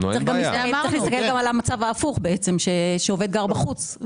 צריך להסתכל גם על המצב ההפוך, שבו עובד גר בחוץ.